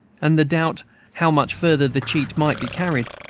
and the doubt how much farther the cheat might be carried,